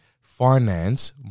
finance